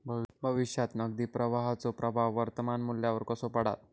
भविष्यात नगदी प्रवाहाचो प्रभाव वर्तमान मुल्यावर कसो पडता?